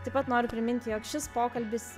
taip pat noriu priminti jog šis pokalbis